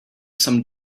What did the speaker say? some